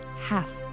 half